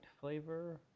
flavor